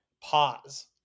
Pause